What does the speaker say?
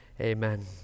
Amen